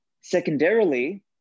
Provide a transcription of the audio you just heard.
secondarily